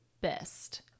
best